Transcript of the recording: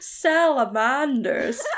salamanders